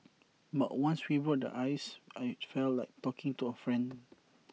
but once we broke the ice IT felt like talking to A friend